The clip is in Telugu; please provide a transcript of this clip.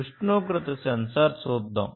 ఉష్ణోగ్రత సెన్సార్ చూద్దాం